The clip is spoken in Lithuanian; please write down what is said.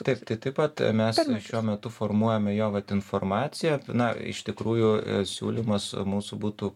taip tai taip pat mes šiuo metu formuojame jo vat informaciją na iš tikrųjų siūlymas mūsų būtų